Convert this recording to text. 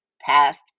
past